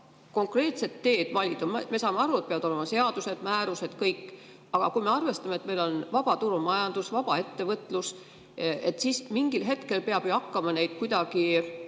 seda konkreetset teed valida? Me saame aru, et peavad olema seadused, määrused ja kõik. Kui me arvestame, et meil on vabaturumajandus, vabaettevõtlus, siis mingil hetkel peab ju hakkama kuidagi